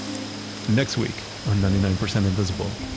next week on ninety nine percent invisible,